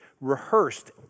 rehearsed